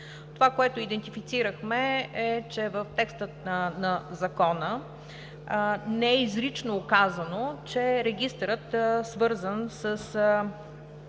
Това, което идентифицирахме, е, че в текста на Закона не е изрично указано, че регистърът, свързан с